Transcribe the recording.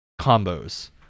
combos